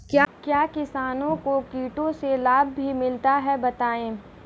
क्या किसानों को कीटों से लाभ भी मिलता है बताएँ?